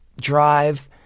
drive